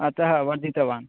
अतः वर्धितवान्